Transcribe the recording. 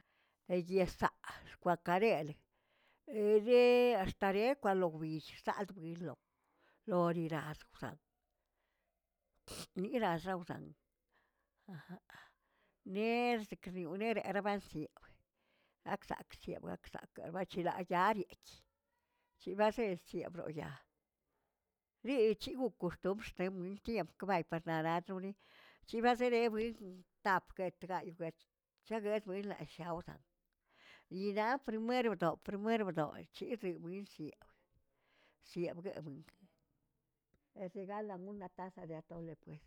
Eryesaꞌa rkwakareli eye axtarekwaꞌ lo wbill xsaldwiloꞌ lorirazwsal mixaxawzan niersekrnionerebasi akzakzak akzaksak bachirayarieꞌk, chibazeꞌzə yaobxoyaa liꞌichiuꞌun koxtomxtemian tiam kabay pararatori chibaserebui tap guet gayꞌ guet cheguetbay laꞌshaozaꞌ yirap primero dob primero dob chirziꞌ buinziꞌ siebguebeng es regalame una taza de atole pues.